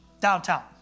Downtown